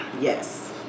Yes